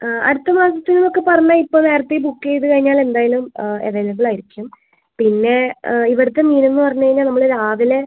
ആ അടുത്ത മാസം എന്നൊക്കെ പറഞ്ഞാൽ ഇപ്പോൾ നേരത്തെ ബുക്ക് ചെയ്ത് കഴിഞ്ഞാൽ എന്തായാലും അവൈലബിൾ ആയിരിക്കും പിന്നെ ആ ഇവിടുത്തെ മീൻ എന്ന് പറഞ്ഞ് കഴിഞ്ഞാൽ നമ്മൾ രാവിലെ